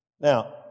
Now